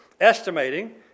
estimating